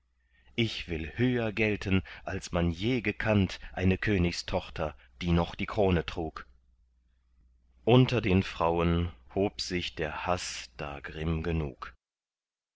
ich will höher gelten als man je gekannt eine königstochter die noch die krone trug unter den frauen hob sich der haß da grimm genug